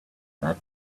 that